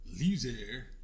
loser